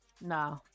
no